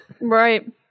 Right